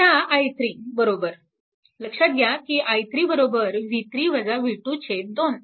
आता i3 लक्षात घ्या की i3 2